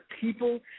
people